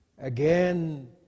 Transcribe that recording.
again